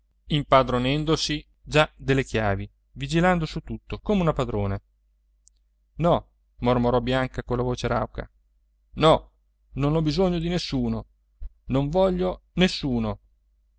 premurosa impadronendosi già delle chiavi vigilando su tutto come una padrona no mormorò bianca con la voce rauca no non ho bisogno di nessuno non voglio nessuno